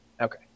Okay